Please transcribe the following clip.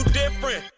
different